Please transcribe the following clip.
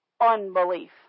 unbelief